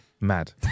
Mad